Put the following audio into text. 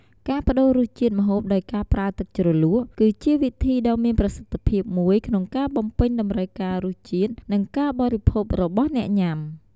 ការប្តូររសជាតិម្ហូបដោយការប្រើទឹកជ្រលក់ គឺជាវិធីដ៏មានប្រសិទ្ធភាពមួយក្នុងការបំពេញតម្រូវការរសជាតិ និងការបរិភោគរបស់អ្នកញ៉ាំ។